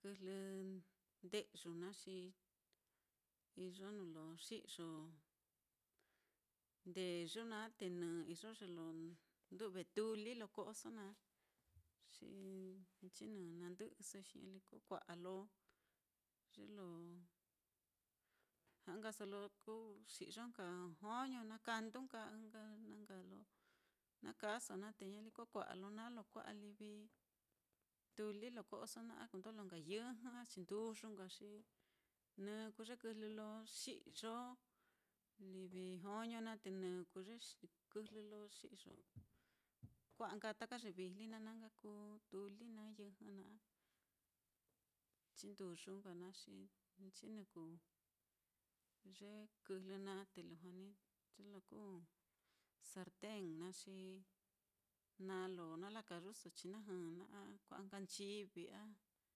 kɨjlɨ nde'yu naá, xi iyo nuu lo xi'yo ndeyu naá, te nɨ iyo ye lo ndu've tuli lo ko'oso naá, xi nchinɨ nandɨ'ɨsoi xi ñaliko kua'a lo ye lo ja'a nkaso ye lo ku xi'ya nka joño naá, kandu nka, ɨ́ɨ́n nka na nka lo na kaaso naá te ñaliko kua'a lo naá lo kua'a livi tuli lo ko'oso naá, a lo kundojlo nka yɨjɨ a chinduyu, nka xi nɨ kuu ye kɨjlɨ lo xi'yo livi joño naá, te nɨ kuu ye kɨjlɨ lo xi'yo, kua'a nka taka ye vijli naá, na nka kuu tuli naá, yɨjɨ naá, chinduyu nka naá xi nchi nɨ kuu, ye kɨjlɨ naá te lujua ní ye lo kuu sarten naá, xi naá lo na la kayuso chinajɨ naá, a kua'a nka nchivi a